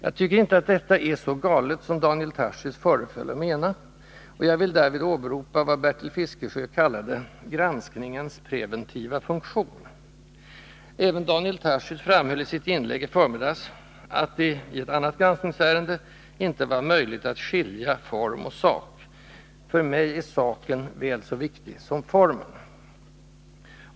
Jag tycker inte att detta är så galet som Daniel Tarschys föreföll att mena, och jag vill därvid åberopa vad Bertil Fiskesjö kallade ”granskningens preventiva funktion”. Även Daniel Tarschys framhöll i ett inlägg i förmiddags att det i ett annat granskningsärende inte var möjligt att ”skilja form och sak”. För mig är saken väl så viktig som formen.